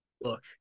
look